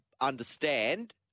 understand